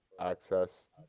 access